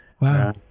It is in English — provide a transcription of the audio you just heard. Wow